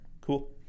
Cool